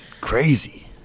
Crazy